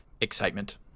excitement